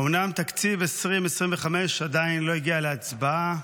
אומנם תקציב 2025 עדיין לא הגיע להצבעה,